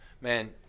Man